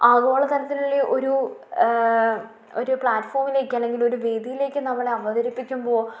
ആഗോള തരത്തിലുള്ള ഒരു ഒരു പ്ലാറ്റ്ഫോമിലേക്ക് അല്ലെങ്കിൽ ഒരു വേദിയിലേക്ക് നമ്മൾ അവതരിപ്പിക്കുമ്പോൾ